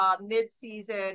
mid-season